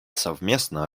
совместно